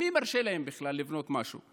מי מרשה להם בכלל לבנות משהו?